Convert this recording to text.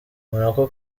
monaco